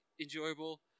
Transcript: enjoyable